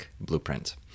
Blueprint